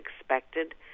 expected